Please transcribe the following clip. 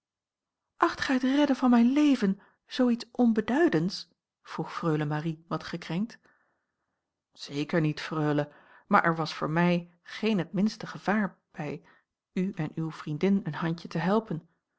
gij het redden van mijn leven zoo iets onbeduidends vroeg freule marie wat gekrenkt zeker niet freule maar er was voor mij geen het minste gevaar bij u en uwe vriendin een handje te helpen